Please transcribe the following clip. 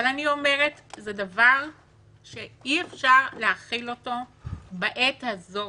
אבל אני אומרת שזה דבר שאי-אפשר להכיל בעת הזאת.